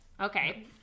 Okay